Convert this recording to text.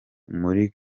muri